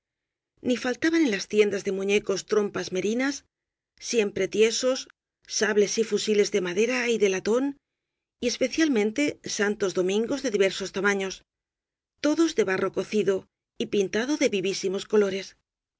ni faltaban en las tiendas de muñecos trompas merinas siempre tiesos sables y fusiles de madera y de latón y especialmente santos do mingos de diversos tamaños todos de barro coci do y pintado de vivísimos colores